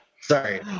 sorry